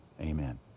Amen